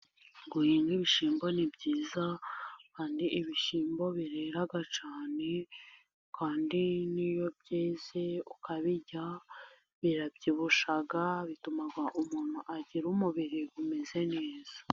Guhinga ibishyimbo ni byiza, kandi ibishyimbo birera cyane, kandi n'iyo byeze ukabirya birabyibushya, bituma umuntu agira umubiri umeze neza.